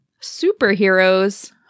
superheroes